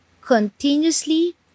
continuously